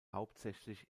hauptsächlich